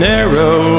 Narrow